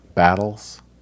Battles